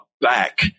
back